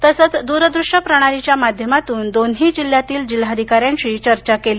तसंच दूर दृश्य प्रणालीच्यामाध्यमातून दोन्ही जिल्ह्यातील जिल्हाधिकाऱ्यांशी चर्चा केली